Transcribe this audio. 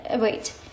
wait